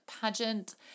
pageant